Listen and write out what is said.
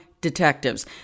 detectives